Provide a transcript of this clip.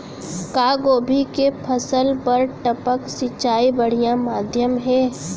का गोभी के फसल बर टपक सिंचाई बढ़िया माधयम हे?